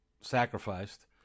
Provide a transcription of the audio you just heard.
sacrificed